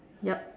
yup